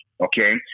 okay